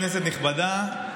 כנסת נכבדה,